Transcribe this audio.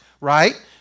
right